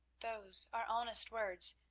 those are honest words,